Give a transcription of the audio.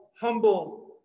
humble